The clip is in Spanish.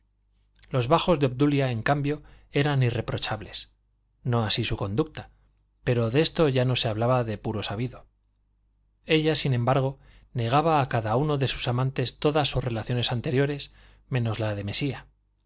los bajos de obdulia en cambio eran irreprochables no así su conducta pero de esto ya no se hablaba de puro sabido ella sin embargo negaba a cada uno de sus amantes todas sus relaciones anteriores menos las de mesía